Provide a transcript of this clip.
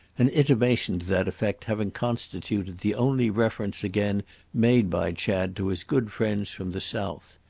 an intimation to that effect having constituted the only reference again made by chad to his good friends from the south.